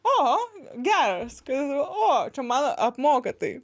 oho geras o čia man apmoka tai